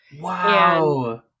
Wow